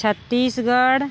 Chhattisgarh